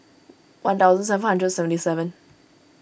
one thousand seven hundred seventy seven